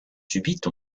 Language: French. subites